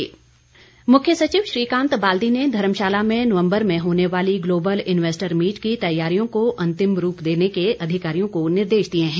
मुख्य सचिव मुख्य सचिव श्रीकांत बाल्दी ने धर्मशाला में नवंबर में होने वाली ग्लोबल इन्वेस्टर मीट की तैयारियों को अंतिम रूप देने के अधिकारियों को निर्देश दिए हैं